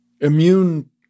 immune